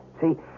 See